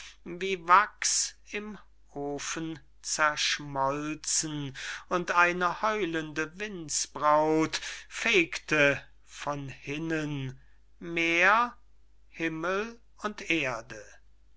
wie wachs im ofen zerschmolzen und eine heulende windsbraut fegte von hinnen meer himmel und erde